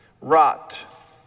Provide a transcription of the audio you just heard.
rot